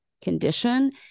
condition